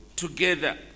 Together